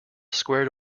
squared